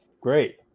great